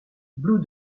blue